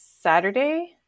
Saturday